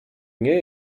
nie